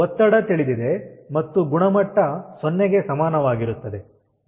ಒತ್ತಡ ತಿಳಿದಿದೆ ಮತ್ತು ಗುಣಮಟ್ಟ ಸೊನ್ನೆಗೆ ಸಮಾನವಾಗಿರುತ್ತದೆ